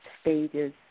stages